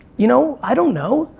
you know, i don't know.